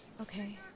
okay